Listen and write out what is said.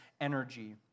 energy